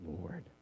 Lord